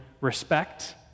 respect